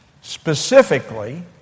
specifically